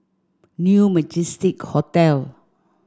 New Majestic Hotel